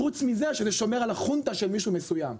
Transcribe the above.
מלבד זה שזה שומר על החונטה של מישהו מסוים.